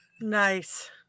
Nice